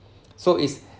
so is